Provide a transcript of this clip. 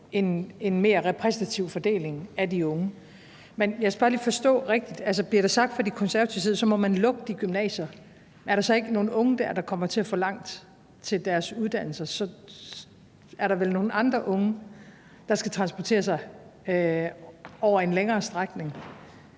en mere repræsentativ fordeling af de unge. Jeg skal bare lige forstå det rigtigt – bliver der sagt fra De Konservatives side, at man så må lukke de gymnasier? Er der så ikke nogle unge, der kommer til at få langt til deres uddannelsessted? Så er der vel nogle andre unge, der skal transportere sig over en længere strækning.